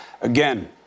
Again